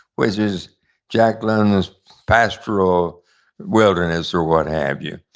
which is jack london's pastoral wilderness or what have you.